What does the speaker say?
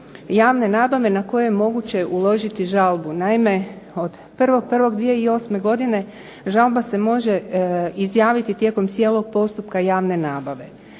javne nabave na koje je moguće uložiti žalbu. Naime, od 1.1.2008. godine žalba se može izjaviti tijekom cijelog postupka javne nabave.